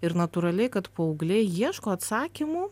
ir natūraliai kad paaugliai ieško atsakymų